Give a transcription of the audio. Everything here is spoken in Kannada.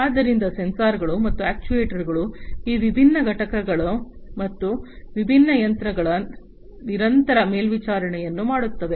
ಆದ್ದರಿಂದ ಸೆನ್ಸಾರ್ಗಳು ಮತ್ತು ಅಕ್ಚುಯೆಟರ್ಸ್ಗಳು ಈ ವಿಭಿನ್ನ ಘಟಕಗಳು ಮತ್ತು ವಿಭಿನ್ನ ಹಂತಗಳ ನಿರಂತರ ಮೇಲ್ವಿಚಾರಣೆಯನ್ನು ಮಾಡುತ್ತವೆ